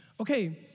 Okay